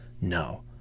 No